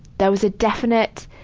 there was a definite,